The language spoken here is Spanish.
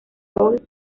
paul